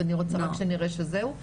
אז אני רוצה שנראה שזהו,